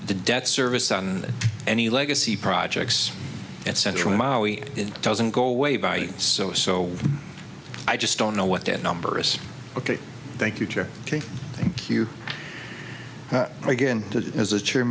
the debt service on any legacy projects at central it doesn't go away by so so i just don't know what that number is ok thank you terry thank you again to as the chair